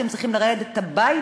כשהם צריכים לחזור הביתה